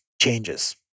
changes